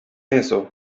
eso